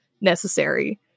necessary